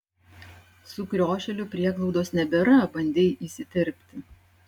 sukriošėlių prieglaudos nebėra bandei įsiterpti